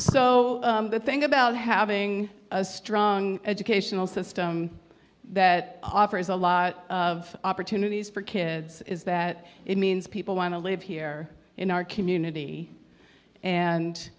so the thing about having a strong educational system that offers a lot of opportunities for kids is that it means people want to live here in our community